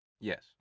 yes